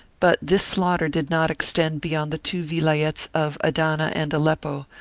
but this slaughter did not extend be yond the two vilayets of adana and aleppo,